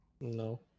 No